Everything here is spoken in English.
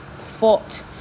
fought